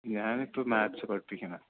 ഞാനിപ്പം മാത്സ്സ് പഠിപ്പിക്കുന്നത്